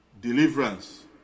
deliverance